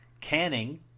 Canning